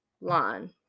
line